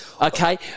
Okay